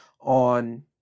on